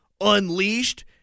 unleashed